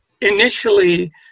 initially